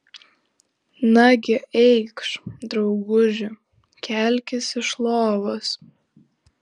nagi eikš drauguži kelkis iš lovos